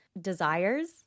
desires